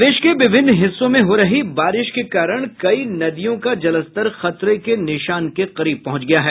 प्रदेश के विभिन्न हिस्सों में हो रही बारिश के कारण कई नदियों का जलस्तर खतरे के निशान के करीब पहुंच गया है